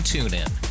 TuneIn